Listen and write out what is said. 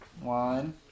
One